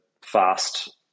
fast